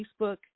Facebook